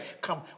come